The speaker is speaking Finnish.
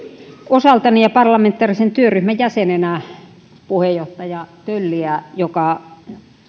osaltani ja parlamentaarisen työryhmän jäsenenä puheenjohtaja tölliä joka